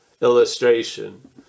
illustration